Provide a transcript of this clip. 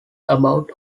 about